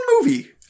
movie